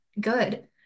good